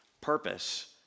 purpose